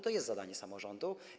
To jest zadanie samorządu.